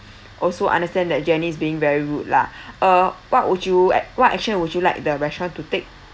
also understand that jenny is being very rude lah uh what would you ac~ what action would you like the restaurant to take